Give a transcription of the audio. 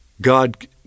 God